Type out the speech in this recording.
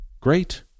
great